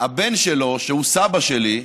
הבן שלו, שהוא סבא שלי,